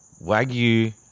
wagyu